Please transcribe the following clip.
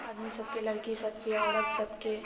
आदमी सबके लड़की सबके औरत सबके